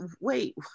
wait